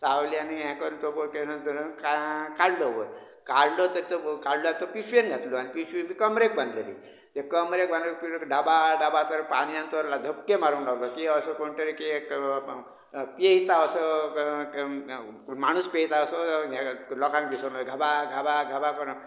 चावली आनी हे करून तो धरून का काडलो वयर काडलो तर तो ब काडलो तो पिशवेन घातलो आनी पिशवी मी कमरेक बांदलेली ते कमरेक बांदून पिशवी मी डबा डबा करून पाणयान तरला धपके मारूंक लागलो की असो कोण तरी किये करपा पा पेंवता असो कोण माणुस पेंवता असोय लोकांनी दिसोन जाय घबा घबा घबा करून